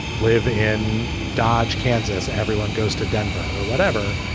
live in dodge, kansas, everyone goes to denver or whatever.